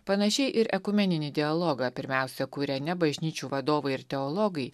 panašiai ir ekumeninį dialogą pirmiausia kuria ne bažnyčių vadovai ir teologai